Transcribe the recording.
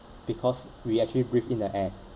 because we actually breathe in the air